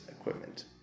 equipment